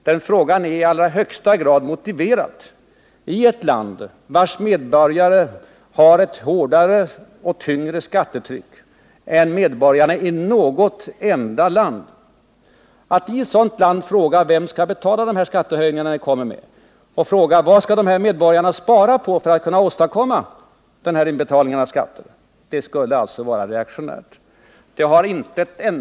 Denna fråga är i allra högsta grad motiverad i ett land, vars medborgare har ett hårdare och tyngre skattetryck än medborgarna i något annat land. Att i ett sådant land fråga vem som skall betala de skattehöjningar ni kommer med, vad dessa medborgare skall spara in på för att kunna åstadkomma denna inbetalning av skatter, skulle alltså vara reaktionärt.